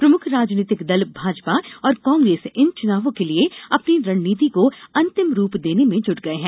प्रमुख राजनीतिक दल भाजपा और कांग्रेस इन चुनावों के लिये अपनी रणनीति को अंतिम रूप देने में जुट गये हैं